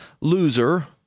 loser